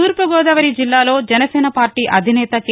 తూర్పుగోదావరి జిల్లాలో జనసేన పార్లీ అధినేత కె